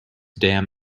damn